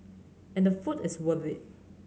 and the food is worth it